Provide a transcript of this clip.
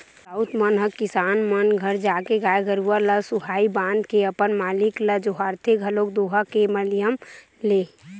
राउत मन ह किसान मन घर जाके गाय गरुवा ल सुहाई बांध के अपन मालिक ल जोहारथे घलोक दोहा के माधियम ले